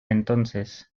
entonces